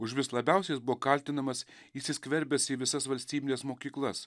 užvis labiausiai jis buvo kaltinamas įsiskverbęs į visas valstybines mokyklas